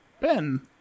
Ben